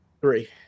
three